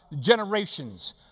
generations